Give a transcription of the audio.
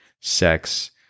sex